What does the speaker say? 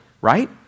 right